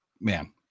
man